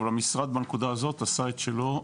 אבל המשרד בנקודה הזו עשה את שלו.